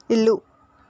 ఇల్లు